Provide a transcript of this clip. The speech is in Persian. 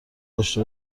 داشته